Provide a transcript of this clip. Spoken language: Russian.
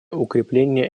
укрепления